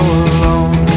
alone